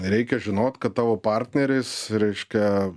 reikia žinot kad tavo partneris reiškia